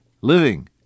living